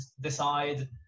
decide